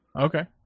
okay